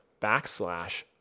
backslash